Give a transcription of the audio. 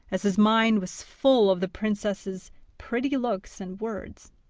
as his mind was full of the princess's pretty looks and words.